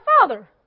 father